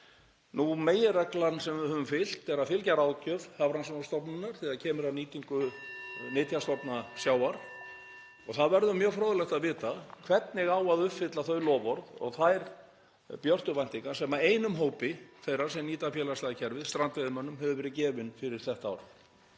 Meginreglan sem við höfum fylgt er að fylgja ráðgjöf Hafrannsóknastofnunar þegar kemur að nýtingu nytjastofna sjávar. Það verður mjög fróðlegt að vita hvernig á að uppfylla þau loforð og þær björtu væntingar sem einum hópi þeirra sem nýta félagslega kerfið, strandveiðimönnum, hafa verið gefnar fyrir þetta ár.